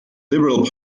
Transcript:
liberal